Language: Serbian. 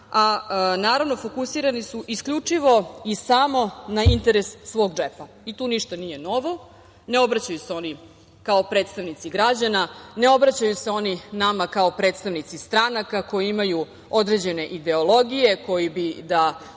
Naravno, fokusirani su isključivo i samo na interes svog džepa. I tu ništa nije novo. Ne obraćaju se oni kao predstavnici građana, ne obraćaju se oni nama kao predstavnici stranaka koji imaju određene ideologije, koji bi da